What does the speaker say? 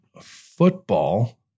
football